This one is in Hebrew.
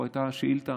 פה עלתה שאילתה